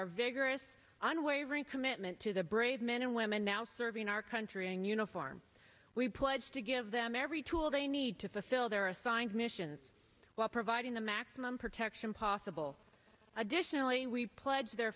our vigorous unwavering commitment to the brave men and women now serving our country in uniform we pledge to give them every tool they need to fulfill their assigned missions while providing the maximum protection possible additionally we pledge their